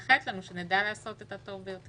אני מאחלת לנו שנדע לעשות את הטוב ביותר.